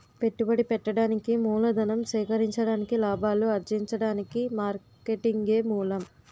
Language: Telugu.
పెట్టుబడి పెట్టడానికి మూలధనం సేకరించడానికి లాభాలు అర్జించడానికి మార్కెటింగే మూలం